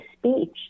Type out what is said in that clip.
speech